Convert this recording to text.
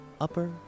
Upper